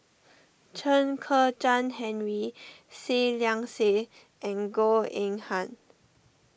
Chen Kezhan Henri Seah Liang Seah and Goh Eng Han